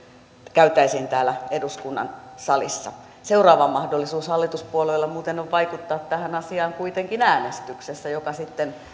käytäisiin täällä eduskunnan salissa seuraava mahdollisuus hallituspuolueilla muuten on vaikuttaa tähän asiaan kuitenkin äänestyksessä joka sitten